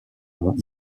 monts